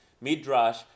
Midrash